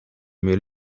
meer